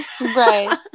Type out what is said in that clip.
Right